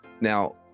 Now